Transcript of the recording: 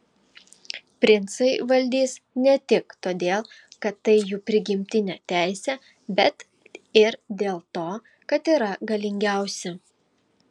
princai valdys ne tik todėl kad tai jų prigimtinė teisė bet ir dėl to kad yra galingiausi